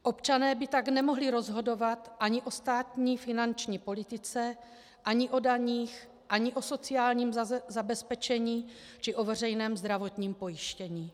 Občané by tak nemohli rozhodovat ani o státní finanční politice ani o daních ani o sociálním zabezpečení či o veřejném zdravotním pojištění.